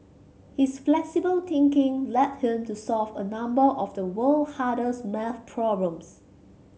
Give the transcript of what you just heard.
his flexible thinking led him to solve a number of the world hardest maths problems